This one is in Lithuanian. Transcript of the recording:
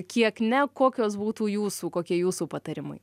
kiek ne kokios būtų jūsų kokie jūsų patarimai